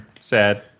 Sad